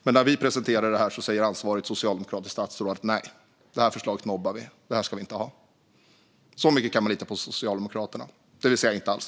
Men när vi presenterar vårt förslag säger ansvarigt socialdemokratiskt statsråd: Nej, det här förslaget nobbar vi. Det här ska vi inte ha. Så mycket kan man lita på Socialdemokraterna, det vill säga inte alls.